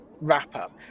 wrap-up